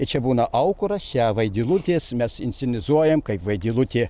ir čia būna aukuras čia vaidilutės mes inscenizuojam kaip vaidilutė